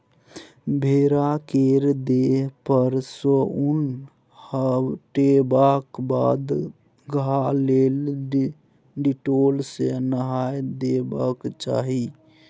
भेड़ा केर देह पर सँ उन हटेबाक बाद घाह लेल डिटोल सँ नहाए देबाक चाही